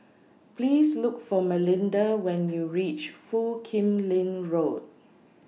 Please Look For Melinda when YOU REACH Foo Kim Lin Road